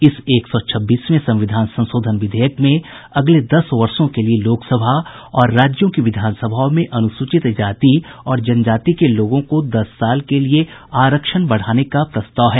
इस एक सौ छब्बीसवें संविधान संशोधन विधेयक में अगले दस वर्षों के लिए लोकसभा और राज्यों की विधानसभाओं में अनुसूचति जाति और जनजाति के लोगों को दस साल के लिए आरक्षण बढ़ाने का प्रस्ताव है